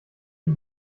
ich